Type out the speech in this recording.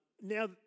now